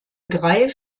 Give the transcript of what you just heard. greif